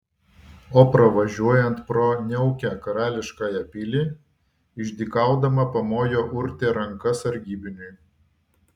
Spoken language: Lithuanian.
o pravažiuojant pro niaukią karališkąją pilį išdykaudama pamojo urtė ranka sargybiniui